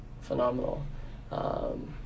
phenomenal